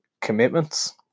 commitments